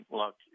look